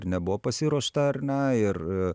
ar nebuvo pasiruošta ar ne ir